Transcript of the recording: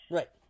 Right